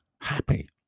happy